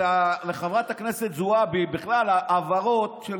לתת לחברת הכנסת זועבי, בכלל, העברות של